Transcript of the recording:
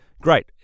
great